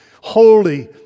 holy